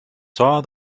saw